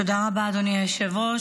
תודה רבה, אדוני היושב-ראש.